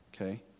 Okay